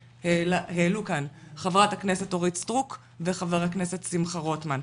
שהעלו כאן חברת הכנסת אורית סטרוק וחבר הכנסת שמחה רוטמן,